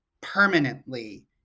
permanently